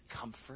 comfort